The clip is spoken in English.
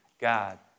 God